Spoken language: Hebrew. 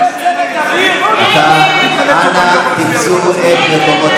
כולל צוות אוויר, ולדימיר, זה כולל,